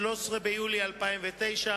13 ביולי 2009,